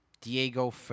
Diego